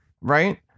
right